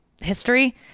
history